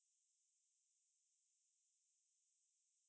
I started watching 那些